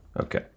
Okay